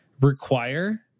require